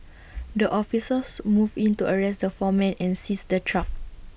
the officers moved in to arrest the four men and seize the truck